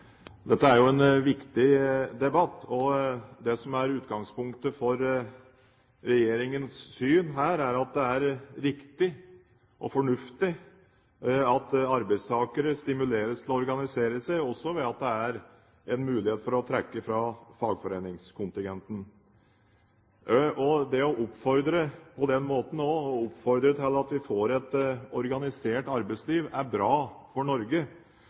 utgangspunktet for regjeringens syn her, er at det er riktig og fornuftig at arbeidstakere stimuleres til å organisere seg også ved at det er en mulighet for å trekke fra fagforeningskontingenten. På den måten å oppfordre til at vi får et organisert arbeidsliv er bra for Norge.